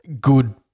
good